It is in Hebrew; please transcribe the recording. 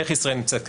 איך ישראל נמצאת כרגע?